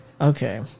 Okay